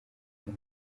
indi